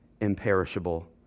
imperishable